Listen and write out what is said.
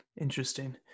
Interesting